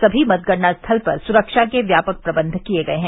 सभी मतगणना स्थल पर सुरक्षा के व्यापक प्रबंध किए गये हैं